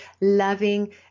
loving